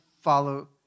follow